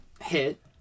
hit